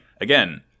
Again